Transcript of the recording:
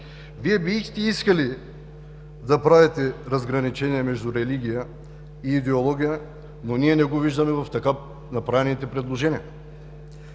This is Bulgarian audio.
Вие бихте искали да правите разграничение между религия и идеология, но ние не го виждаме в така направените предложения.